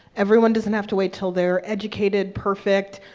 everyone doesn't have to wait til they're educated, perfect,